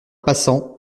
passant